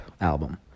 album